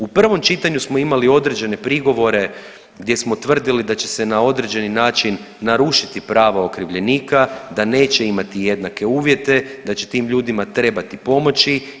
U prvom čitanju smo imali određene prigovore gdje smo tvrdili da će se na određeni način narušiti prava okrivljenika, da neće imati jednake uvjete, da će tim ljudima trebati pomoći.